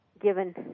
given